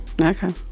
Okay